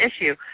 issue